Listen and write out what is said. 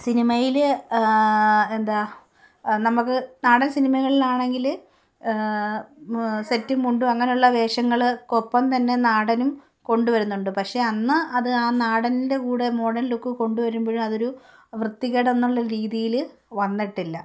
സിനിമയിൽ എന്താ നമുക്ക് നാടൻ സിനിമകളിലാണെങ്കിൽ സെറ്റും മുണ്ടും അങ്ങനെയുള്ള വേഷങ്ങൾക്കൊപ്പം തന്നെ നാടനും കൊണ്ടു വരുന്നുണ്ട് പക്ഷെ അന്ന് അത് ആ നാടനിൻ്റെ കൂടെ മോഡേൺ ലുക്ക് കൊണ്ടു വരുമ്പോഴും അതൊരു വൃത്തികേട് എന്നുള്ള രീതിയിൽ വന്നിട്ടില്ല